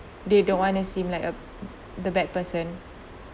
they don't want to seem like a the bad person